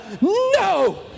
no